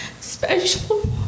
special